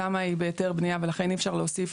התמ"א היא בהיתר בנייה ולכן אי אפשר להוסיף